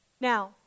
Now